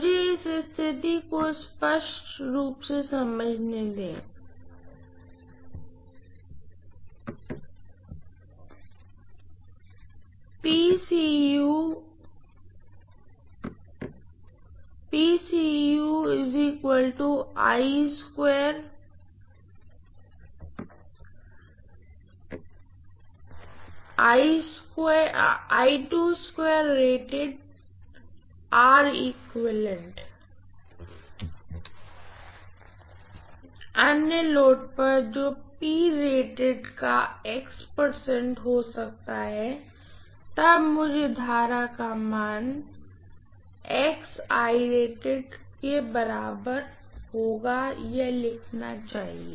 मुझे इस स्थिति को स्पष्ट रूप से समझने दें किसी भी अन्य लोड पर जो का x हो सकता है तब मुझे करंट का मान के बराबर होगा यह लिखना चाहिए